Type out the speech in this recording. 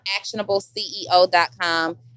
ActionableCEO.com